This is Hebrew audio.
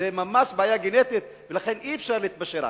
זו ממש בעיה גנטית, ולכן אי-אפשר להתפשר עליה.